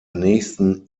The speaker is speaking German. nächsten